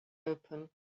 open